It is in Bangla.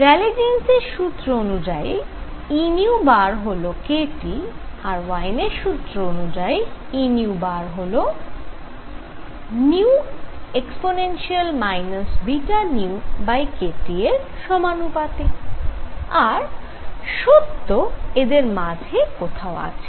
র্যালে জীন্সের সূত্র Rayleigh Jean's formula অনুযায়ী E হল k T আর ওয়েইনের সূত্র Wien's formula অনুযায়ী E νe βνkT এর সমানুপাতিক আর সত্য এদের মাঝে কোথাও আছে